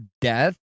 death